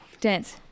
Dance